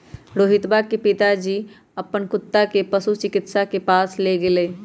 रोहितवा के पिताजी ने अपन कुत्ता के पशु चिकित्सक के पास लेगय लय